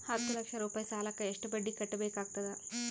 ಹತ್ತ ಲಕ್ಷ ರೂಪಾಯಿ ಸಾಲಕ್ಕ ಎಷ್ಟ ಬಡ್ಡಿ ಕಟ್ಟಬೇಕಾಗತದ?